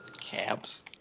Cabs